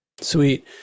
Sweet